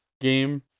game